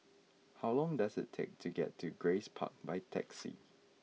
how long does it take to get to Grace Park by taxi